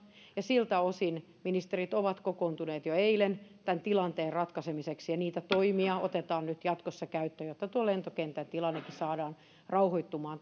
ja siltä osin ministerit ovat kokoontuneet jo eilen tämän tilanteen ratkaisemiseksi niitä toimia otetaan nyt jatkossa käyttöön jotta tuo lentokentän tilannekin saadaan rauhoittumaan